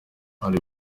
ari